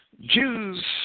Jews